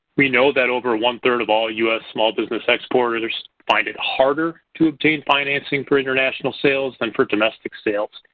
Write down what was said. we know that over one three of all us small business exporters find it harder to obtain financing for international sales and for domestic sales.